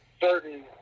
certain